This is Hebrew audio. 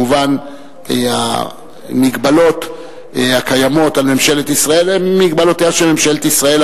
כמובן ההגבלות הקיימות על ממשלת ישראל הן מגבלותיה של ממשלת ישראל,